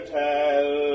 tell